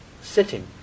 sitting